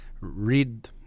read